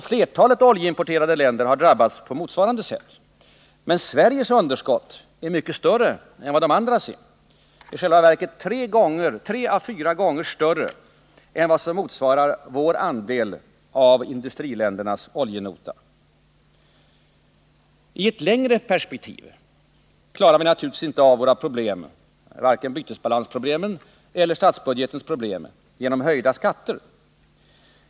Flertalet oljeimporterande länder har drabbats på motsvarande sätt. Men Sveriges underskott är mycket större än vad de andras är, i själva verket tre å fyra gånger större än vad som motsvarar vår andel av industriländernas oljenota. I ett längre perspektiv klarar vi naturligtvis inte av våra problem — varken bytesbalansproblemen eller statsbudgetens problem — genom höjda skatter.